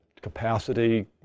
capacity